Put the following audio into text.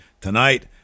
Tonight